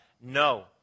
No